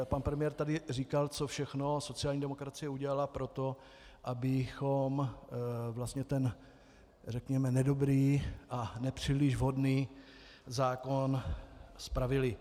Pan premiér tady říkal, co všechno sociální demokracie udělala pro to, abychom ten, řekněme, nedobrý a nepříliš vhodný zákon spravili.